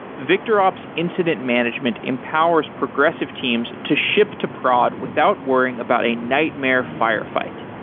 victorops incident management empowers progressive teams to ship to prod without worrying about a nightmare firefight.